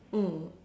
mm